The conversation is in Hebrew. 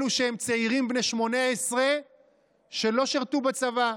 אלו שהם צעירים בני 18 שלא שירתו בצבא,